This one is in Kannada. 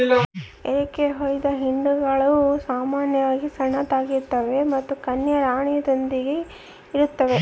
ಎರಕಹೊಯ್ದ ಹಿಂಡುಗಳು ಸಾಮಾನ್ಯವಾಗಿ ಸಣ್ಣದಾಗಿರ್ತವೆ ಮತ್ತು ಕನ್ಯೆಯ ರಾಣಿಯೊಂದಿಗೆ ಇರುತ್ತವೆ